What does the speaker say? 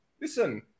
Listen